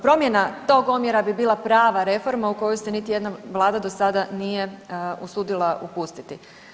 Promjena tog omjera bi bila prava reforma u koju se niti jedna vlada do sada nije usudila upustiti.